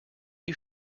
you